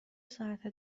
ساعت